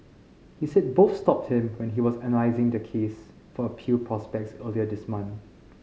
he said both stopped him when he was analysing their case for appeal prospects earlier this month